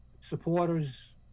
Supporters